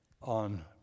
on